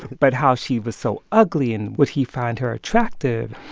but how she was so ugly, and would he found her attractive?